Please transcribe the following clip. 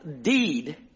deed